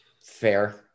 fair